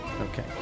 Okay